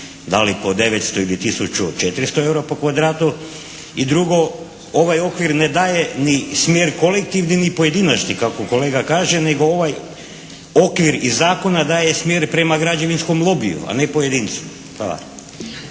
da li po 900 ili 1400 eura po kvadratu. I drugo, ovaj okvir ne daje ni smjer kolektivni ni pojedinačni kako kolega kaže nego ovaj okvir iz zakona daje smjer prema građevinskom lobiju, a ne pojedincu.